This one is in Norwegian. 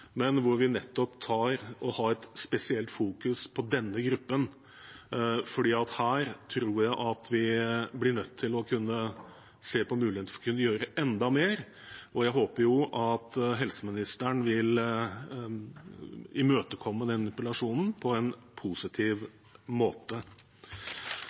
på denne gruppen. For her tror jeg vi blir nødt til å se på muligheten for å kunne gjøre enda mer, og jeg håper at helseministeren vil imøtekomme den interpellasjonen på en